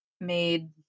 made